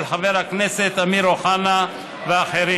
של חבר הכנסת אמיר אוחנה ואחרים,